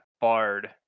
bard